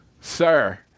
Sir